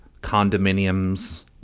condominiums